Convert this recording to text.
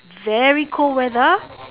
very cold weather